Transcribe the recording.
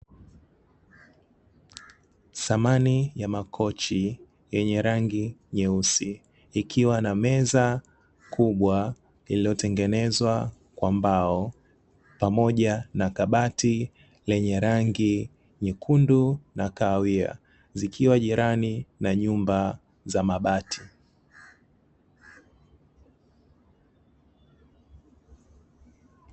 Samani ya makochi yenye rangi nyeusi, ikiwa na meza kubwa iliyotengenezwa kwa mbao pamoja na kabati lenye rangi nyekundu na kahawia, zikiwa jirani na nyumba za mabati.